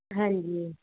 ਹਾਂਜੀ